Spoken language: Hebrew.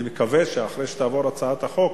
אני מקווה שלאחר שתעבור הצעת החוק,